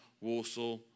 Warsaw